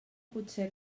potser